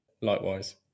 Likewise